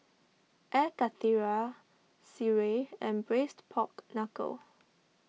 Air Karthira Sireh and Braised Pork Knuckle